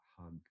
hug